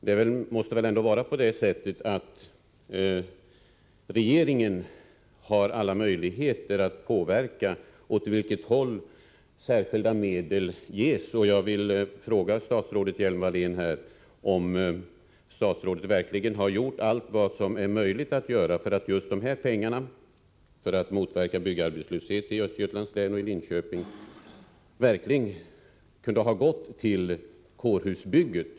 Det måste väl ändå vara så att regeringen har alla möjligheter att påverka vart de särskilda medlen skall gå. Jag vill därför fråga statsrådet Hjelm-Wallén om statsrådet verkligen har gjort allt vad som är möjligt att göra för att just medlen för att motverka byggarbetslöshet i Östergötlands län och i Linköping verkligen skulle gå till kårhusbygget.